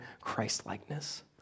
Christ-likeness